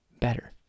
better